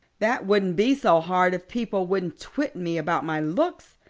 that wouldn't be so hard if people wouldn't twit me about my looks,